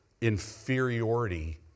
inferiority